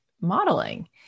modeling